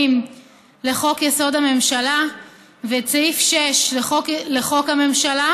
לחוק-יסוד: הממשלה ואת סעיף 6 לחוק הממשלה.